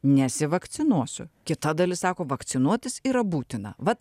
nesivakcinuosiu kita dalis sako vakcinuotis yra būtina vat